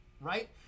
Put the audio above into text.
right